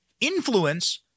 influence